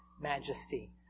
majesty